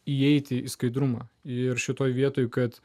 įeiti į skaidrumą ir šitoje vietoj kad